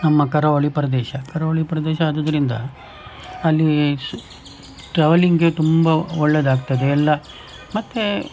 ನಮ್ಮ ಕರಾವಳಿ ಪ್ರದೇಶ ಕರಾವಳಿ ಪ್ರದೇಶ ಆದುದರಿಂದ ಅಲ್ಲಿ ಸು ಟ್ರಾವೆಲ್ಲಿಂಗಿಗೆ ತುಂಬ ಒಳ್ಳೇದಾಗ್ತದೆ ಎಲ್ಲ ಮತ್ತೆ